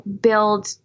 build